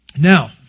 Now